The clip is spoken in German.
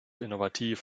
innovativ